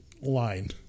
line